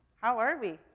how are we?